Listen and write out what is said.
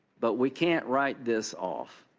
but we can't write this off